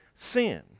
sin